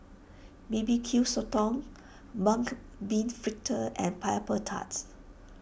B B Q Sotong Mung Bean Fritters and Pineapple Tarts